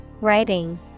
Writing